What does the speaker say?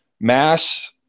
mass